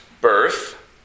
birth